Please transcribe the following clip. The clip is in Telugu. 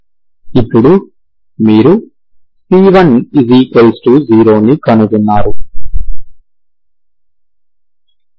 ఇప్పుడు మీరు c10ని కనుగొన్నారు